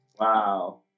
Wow